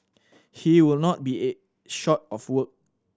he would not be a short of work